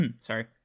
sorry